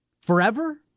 Forever